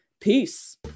Peace